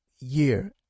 year